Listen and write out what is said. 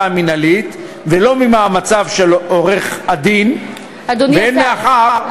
המינהלית ולא ממאמציו של עורך-הדין והן מאחר,